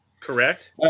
correct